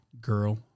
girl